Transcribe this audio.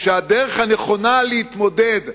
שהדרך הנכונה להתמודד,